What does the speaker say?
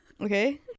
okay